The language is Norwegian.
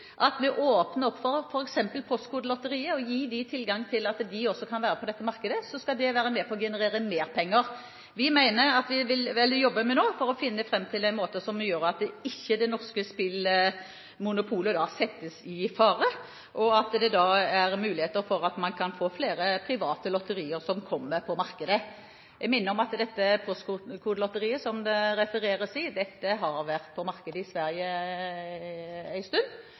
at det å åpne opp for f.eks. Postkodelotteriet og gi det tilgang til dette markedet, vil være med på å generere flere penger. Vi vil nå jobbe for å finne fram til en måte som gjør at det norske spillmonopolet ikke settes i fare, samtidig som det er mulig å få flere private lotterier på markedet. Jeg vil minne om at Postkodelotteriet, som det refereres til, har vært på markedet i Sverige